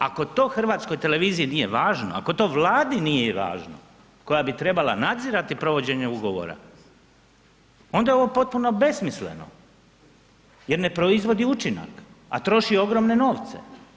Ako to Hrvatskoj televiziji nije važno, ako to Vladi nije važno koja bi trebala nadzirati provođenje ugovora onda je ovo potpuno besmisleno jer ne proizvodi učinak, a troši ogromne novce.